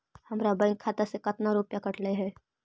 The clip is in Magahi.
हमरा बैंक खाता से कतना रूपैया कटले है?